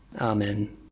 Amen